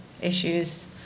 issues